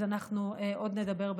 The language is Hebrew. אז אנחנו עוד נדבר בהמשך.